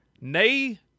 Nay